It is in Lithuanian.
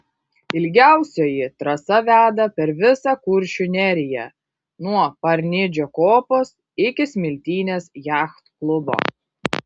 ilgiausioji trasa veda per visą kuršių neriją nuo parnidžio kopos iki smiltynės jachtklubo